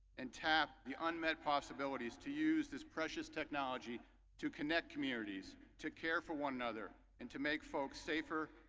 intact, the unmet possibilities to use this precious technology to connect communities, to care for one another, and to make folks safer,